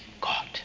God